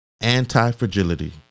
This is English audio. anti-fragility